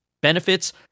benefits